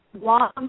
long